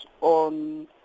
on